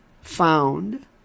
found